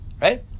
right